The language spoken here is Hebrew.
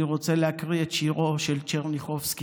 אני רוצה להקריא את שירו של טשרניחובסקי: